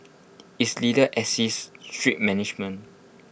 its leaders exercise strict management